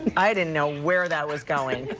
i didn't know where that was going.